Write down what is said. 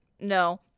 no